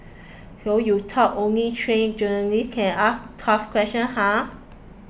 so you thought only trained journalists can ask tough questions huh